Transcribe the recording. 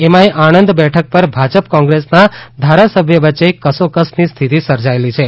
એમાંય આણંદ બેઠક પર ભાજપ કોંગ્રેસના ધારાસભ્ય વચ્ચે કસોકસની સ્થિતિ સર્જાયેલી છે